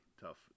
tough